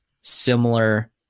similar